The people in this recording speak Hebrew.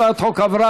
הצעת החוק עברה